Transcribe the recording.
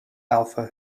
alpha